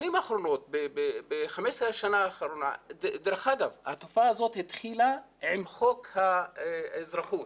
דרך אגב, התופעה הזאת התחילה עם חוק האזרחות,